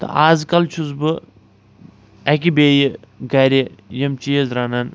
تہٕ اَزکل چھُس بہٕ اَکہِ بیٚیہِ گَرِ یِم چیٖز رَنان